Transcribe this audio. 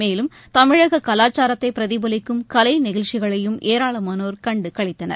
மேலும் தமிழக கலாச்சாரத்தை பிரதிபலிக்கும் கலை நிகழ்ச்சிகளையும் ஏராளமானோர் கண்டு களித்தனர்